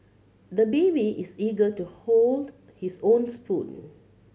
the baby is eager to hold his own spoon